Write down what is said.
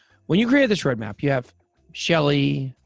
when you created this roadmap, you have shelley,